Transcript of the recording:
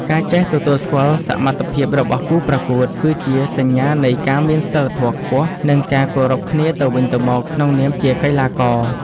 ការចេះទទួលស្គាល់សមត្ថភាពរបស់គូប្រកួត គឺជាសញ្ញានៃការមានសីលធម៌ខ្ពស់ និងការគោរពគ្នាទៅវិញទៅមកក្នុងនាមជាកីឡាករ។